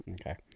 Okay